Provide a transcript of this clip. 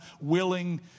willing